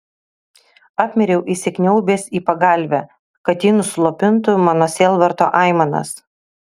apmiriau įsikniaubęs į pagalvę kad ji nuslopintų mano sielvarto aimanas